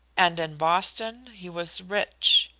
and in boston he was rich.